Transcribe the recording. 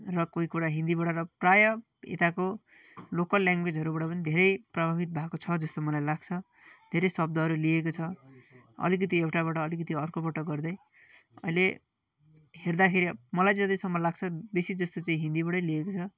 र कोही कुरा हिन्दीबाट र प्रायः यताको लोकल लेङ्ग्वेजहरूबाट पनि धेरै प्रभावित भएको छ जस्तो मलाई लाग्छ धेरै शब्दहरू लिएको छ अलिकति एउटाबाट अलिकति अर्कोबाट गर्दै अहिले हेर्दाखेरि मलाई जतिसम्म लाग्छ बेसी जस्तो चैँ हिन्दीबाटै लिइएको छ